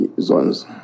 zones